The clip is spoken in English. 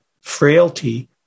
frailty